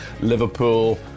Liverpool